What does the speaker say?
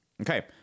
Okay